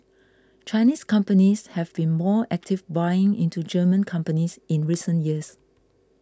Chinese companies have been more active buying into German companies in recent years